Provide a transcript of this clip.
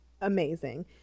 amazing